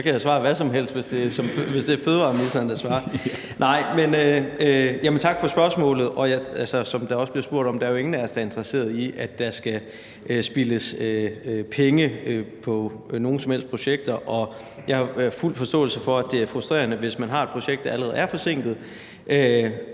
blev spurgt om, er der jo ingen af os, der er interesseret i, at der skal spildes penge på nogen som helst projekter. Og jeg har fuld forståelse for, at det er frustrerende, hvis man har et projekt, der allerede er forsinket,